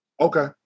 Okay